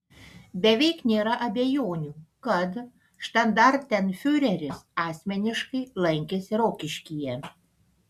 beveik nėra abejonių kad štandartenfiureris asmeniškai lankėsi rokiškyje